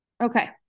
Okay